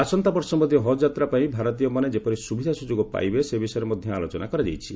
ଆସନ୍ତା ବର୍ଷ ମଧ୍ୟ ହଜ୍ ଯାତ୍ରା ପାଇଁ ଭାରତୀୟମାନେ ଯେପରି ସୁବିଧା ସୁଯୋଗ ପାଇବେ ସେ ବିଷୟରେ ମଧ୍ୟ ଆଲୋଚନା କରାଯାଇଛି